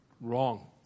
Wrong